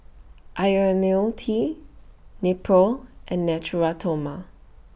Ionil T Nepro and Natura Stoma